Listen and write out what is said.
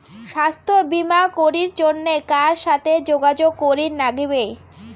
স্বাস্থ্য বিমা করির জন্যে কার সাথে যোগাযোগ করির নাগিবে?